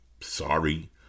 sorry